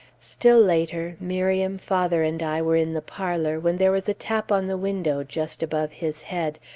still later, miriam, father, and i were in the parlor, when there was a tap on the window, just above his head,